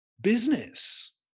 business